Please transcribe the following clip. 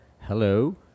Hello